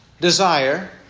desire